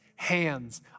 hands